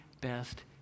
best